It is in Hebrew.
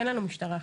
אין לנו משטרה אחרת.